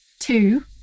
two